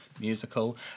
musical